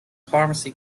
pharmacy